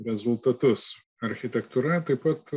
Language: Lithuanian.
rezultatus architektūra taip pat